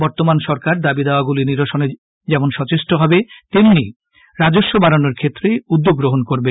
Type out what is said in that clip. বর্তমান সরকার দাবি দাওয়াগুলি নিরসনে যেমন সচেষ্ট হবে তেমনি রাজস্ব বাড়ানোর ক্ষেত্রে উদ্যোগ গ্রহণ করবে